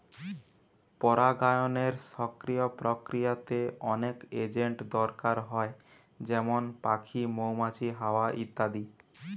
পরাগায়নের সক্রিয় প্রক্রিয়াতে অনেক এজেন্ট দরকার হয় যেমন পাখি, মৌমাছি, হাওয়া ইত্যাদি